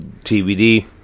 TBD